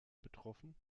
betroffen